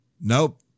Nope